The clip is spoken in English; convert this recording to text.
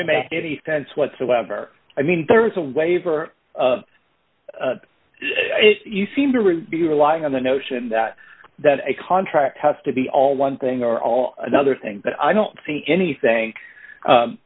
to make any sense whatsoever i mean there is a waiver you seem to really be relying on the notion that that a contract has to be all one thing or all another thing but i don't see anything